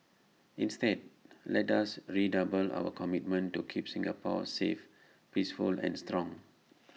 instead let us redouble our commitment to keep Singapore safe peaceful and strong